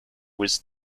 was